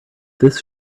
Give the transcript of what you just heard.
this